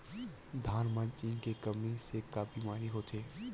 धान म जिंक के कमी से का बीमारी होथे?